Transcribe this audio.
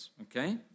okay